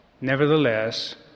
Nevertheless